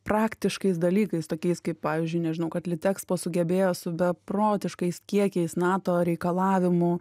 praktiškais dalykais tokiais kaip pavyzdžiui nežinau kad litexpo sugebėjo su beprotiškais kiekiais nato reikalavimų